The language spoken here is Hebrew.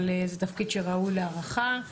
אבל זה תפקיד שראוי להערכה,